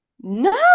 No